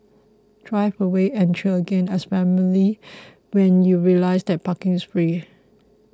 drive away and cheer again as family when you realise that parking is free